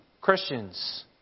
Christians